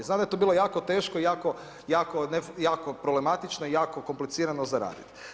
Znam da je to bilo jako teško i jako problematično i jako komplicirano za raditi.